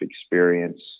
experience